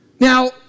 Now